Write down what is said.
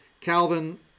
Calvin